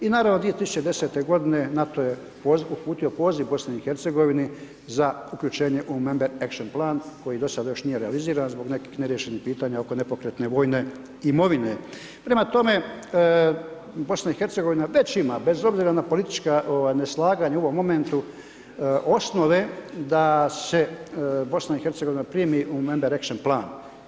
I naravno 2010. g. NATO je uputio BiH-u za uključenje u member action plan koji dosad još nije realiziran zbog nekih neriješenih pitanja oko nepokretne vojne imovine prema tome, BiH već ima bez obzira na politička neslaganja u ovom momentu osnove da se BiH primi u memeber action plan.